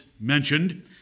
mentioned